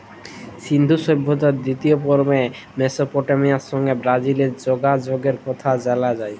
সিল্ধু সভ্যতার দিতিয় পর্বে মেসপটেমিয়ার সংগে বালিজ্যের যগাযগের কথা জালা যায়